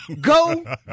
Go